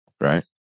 Right